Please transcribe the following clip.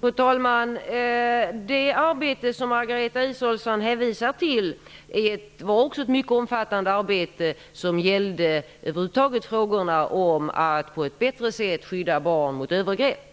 Fru talman! Det arbete som Margareta Israelsson hänvisar till var också ett mycket omfattande arbete, som över huvud taget gällde möjligheterna att på ett bättre sätt skydda barn mot övergrepp.